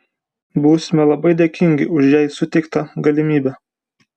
būsime labai dėkingi už jai suteiktą galimybę